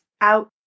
out